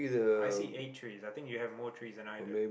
I see eight trees I think you have more trees than i do